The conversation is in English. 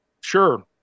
Sure